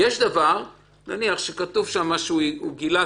אם אדם גילה